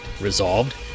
Resolved